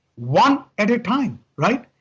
one at a time, right?